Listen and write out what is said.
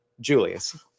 Julius